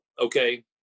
okay